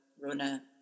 Rona